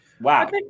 Wow